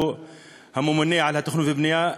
הוא הממונה על התכנון והבנייה,